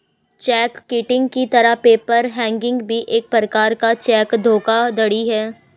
check kiting की तरह paper hanging भी एक प्रकार का चेक धोखाधड़ी है